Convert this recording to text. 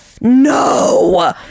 No